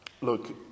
Look